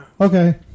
Okay